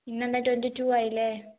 ഇന്നെന്താ twenty two ആയില്ലേ